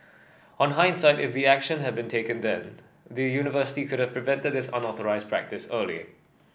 on hindsight if action had been taken then the university could have prevented this unauthorised practice early